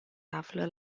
află